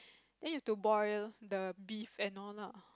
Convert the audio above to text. then you have to boil the beef and all lah